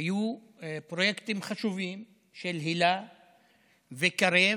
היו פרויקטים חשובים של היל"ה וקרב,